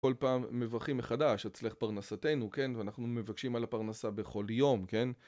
כל פעם מברכים מחדש, הצליח פרנסתנו, כן? ואנחנו מבקשים על הפרנסה בכל יום, כן?